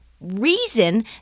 reason